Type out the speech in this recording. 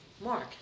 Mark